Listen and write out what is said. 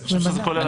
אני חושב שזה כולל.